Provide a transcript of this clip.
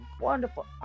wonderful